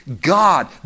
God